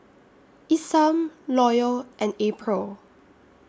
Isam Loyal and April